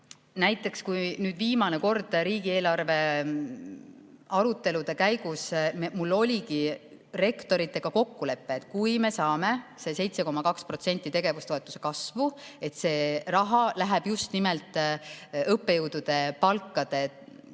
Näiteks, viimane kord riigieelarve arutelude käigus mul oli rektoritega kokkulepe, et kui me saame selle 7,2% tegevustoetuse kasvu, siis see raha läheb just nimelt õppejõudude palkade vahe